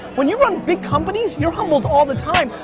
when you run big companies, you're humbled all the time.